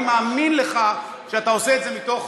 אני מאמין לך שאתה עושה את זה מתוך,